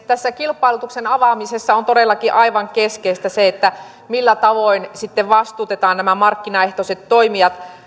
tässä kilpailutuksen avaamisessa on todellakin aivan keskeistä se millä tavoin sitten vastuutetaan nämä markkinaehtoiset toimijat